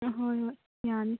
ꯍꯣꯏ ꯍꯣꯏ ꯌꯥꯅꯤ